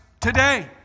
today